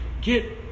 Get